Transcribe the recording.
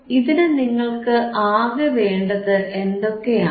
ഇതിന് നിങ്ങൾക്ക് ആകെ വേണ്ടത് എന്തൊക്കെയാണ്